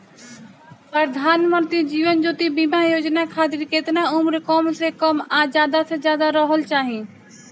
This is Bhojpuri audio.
प्रधानमंत्री जीवन ज्योती बीमा योजना खातिर केतना उम्र कम से कम आ ज्यादा से ज्यादा रहल चाहि?